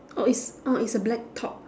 oh it's oh it's a black top